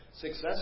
success